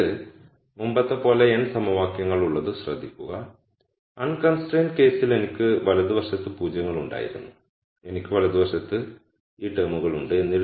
എനിക്ക് മുമ്പത്തെ പോലെ n സമവാക്യങ്ങൾ ഉള്ളതു ശ്രദ്ധിക്കുക അൺകൺസ്ട്രയിന്റ് കേസിൽ എനിക്ക് വലത് വശത്ത് പൂജ്യങ്ങൾ ഉണ്ടായിരുന്നു എനിക്ക് വലതുവശത്ത് ഈ ടേമുകളുണ്ട്